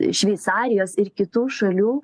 šveicarijos ir kitų šalių